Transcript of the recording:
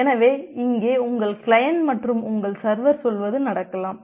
எனவே இங்கே உங்கள் கிளையன்ட் மற்றும் உங்கள் சர்வர் சொல்வது நடக்கலாம்